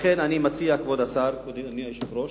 לכן אני מציע, כבוד השר, אדוני היושב-ראש,